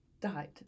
died